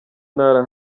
ntara